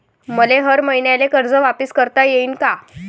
मले हर मईन्याले कर्ज वापिस करता येईन का?